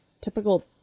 typical